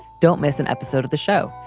don't miss an episode of the show.